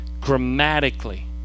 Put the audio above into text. Grammatically